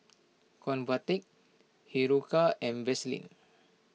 Convatec Hiruscar and Vaselin